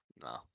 no